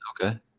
Okay